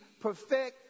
perfect